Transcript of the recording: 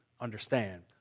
understand